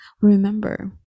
Remember